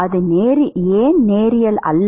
அது ஏன் நேரியல் அல்ல